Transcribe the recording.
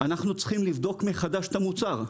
אנחנו צריכים לבדוק מחדש את המוצר.